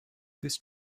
this